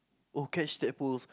or catch tadpoles